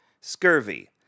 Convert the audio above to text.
Scurvy